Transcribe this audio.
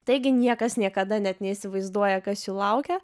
taigi niekas niekada net neįsivaizduoja kas jų laukia